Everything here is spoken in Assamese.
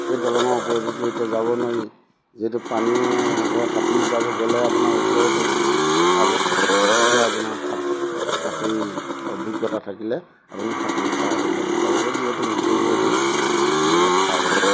সেই দলঙৰ ওপৰেদিটো এতিয়া যাব নোৱাৰি যিহেতু পানীও ধৰক সাঁতুৰি যাব গ'লে আপোনাৰ ওচৰতে পাব তেতিয়া আপোনাৰ স সাঁতুৰি অভিজ্ঞতা থাকিলে আপুনি সাঁতুৰি পাৰ হৈ যাব পাৰিব যিহেতু নিজেও হয়তো সাঁতুৰিব পাৰিম